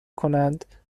کنند